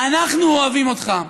אנחנו אוהבים אותך.